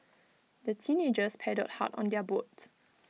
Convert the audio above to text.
the teenagers paddled hard on their boats